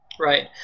Right